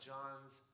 John's